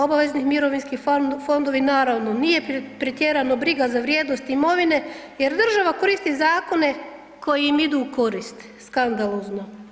Obavezni mirovinski fondovi naravno nije pretjerano briga za vrijednost imovine jer država koristi zakone koji im idu u korist, skandalozno.